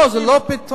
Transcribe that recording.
לא, זה לא פתאום.